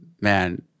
man